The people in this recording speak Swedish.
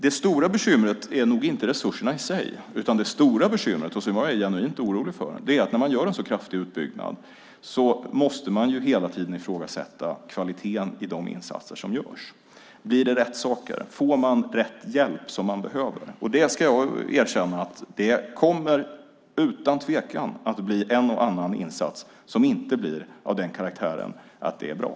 Det stora bekymret är nog inte resurserna i sig, utan det stora bekymret, som jag är genuint orolig för, är att när man gör en så kraftig utbyggnad måste man hela tiden ifrågasätta kvaliteten i de insatser som görs. Blir det rätt saker? Får man rätt hjälp - den hjälp som man behöver? Jag ska erkänna att det utan tvekan kommer att bli en och annan insats som inte blir av den karaktären att det är bra.